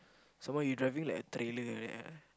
some more you driving like a trailer like that ah